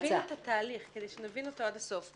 כדי להבין את התהליך, כדי שנבין אותו עד הסוף.